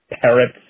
parrots